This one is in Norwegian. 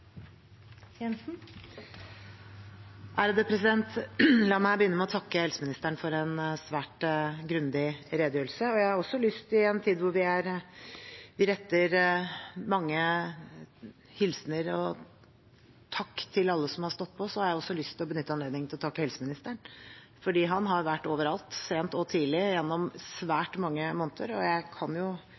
La meg begynne med å takke helseministeren for en svært grundig redegjørelse. Jeg har også lyst til, i en tid hvor vi retter mange hilsener til og takker alle som har stått på, å benytte anledningen til å takke helseministeren. Han har vært overalt, sent og tidlig, gjennom svært mange måneder. Jeg kan